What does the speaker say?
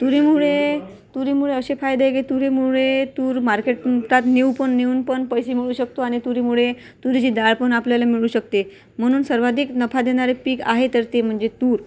तुरीमुळे तुरीमुळे असे फायदे गे तुरीमुळे तूर मार्केटतूनटात नेऊ पण नेऊन पण पैसे मिळवू शकतो आणि तुरीमुळे तुरीची डाळ पण आपल्याला मिळू शकते म्हणून सर्वाधिक नफा देणारे पीक आहे तर ते म्हणजे तूर